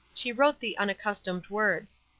she wrote the unaccustomed words,